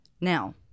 Now